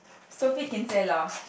Sophie-Kinsella